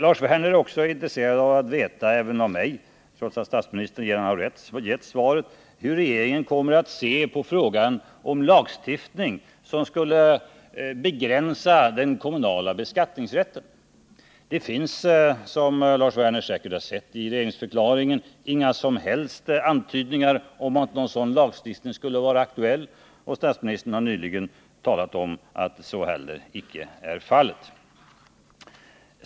Lars Werner är också intresserad av att veta även av mig — trots att statsministern redan har lämnat svaret — hur regeringen kommer att se på frågan om en lagstiftning som skulle begränsa den kommunala beskattningsrätten. Det finns, som Lars Werner säkert har sett i regeringsförklaringen, inga som helst antydningar om att någon sådan lagstiftning skulle vara aktuell, och statsministern har nyligen talat om att så heller inte är fallet.